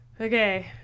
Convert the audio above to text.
Okay